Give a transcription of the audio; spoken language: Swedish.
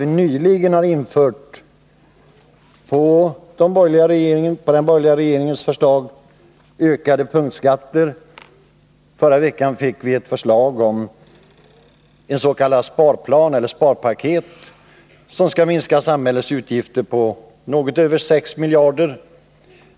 Vi har nyligen — på den borgerliga regeringens förslag — beslutat om ökade punktskatter, och förra veckan fick vi ett förslag om ett s.k. sparpaket som skall minska samhällets utgifter med något över 6 miljarder.